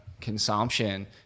consumption